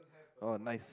oh nice